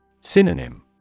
Synonym